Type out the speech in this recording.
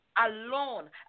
alone